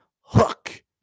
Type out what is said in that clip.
hook